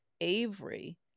avery